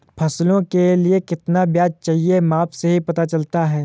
फसलों के लिए कितना बीज चाहिए माप से ही पता चलता है